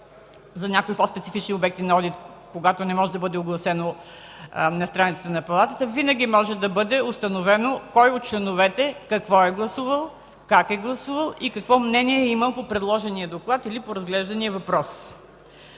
за някои по-специфични обекти на одит, когато не може да бъде огласено на страницата на Палатата, винаги може да бъде установено кой от членовете какво е гласувал, как е гласувал и какво мнение е имал по предложения доклад или по разглеждания въпрос.